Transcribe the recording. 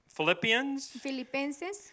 Philippians